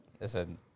Listen